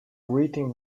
written